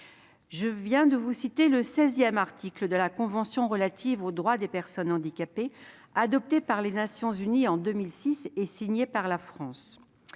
le sexe », conformément à l'article 16 de la convention relative aux droits des personnes handicapées, adoptée par les Nations unies en 2006 et signée par la France.